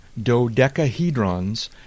dodecahedrons